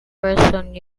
person